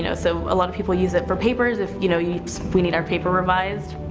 you know so a lot of people use it for papers, if you know yeah we need our papers revised,